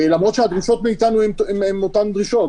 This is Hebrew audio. למרות שהדרישות מאיתנו הן אותן דרישות.